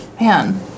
Man